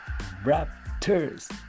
Raptors